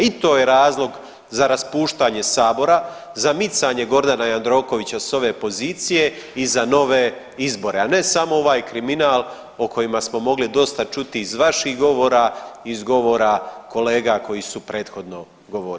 I to je razlog za raspuštanje sabora za micanje Gordana Jandrokovića s ove pozicije i za nove izbore, a ne samo ovaj kriminal o kojima smo mogli dosta čuti iz vaših govora, iz govora kolega koji su prethodno govorili.